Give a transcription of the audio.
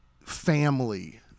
family